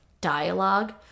dialogue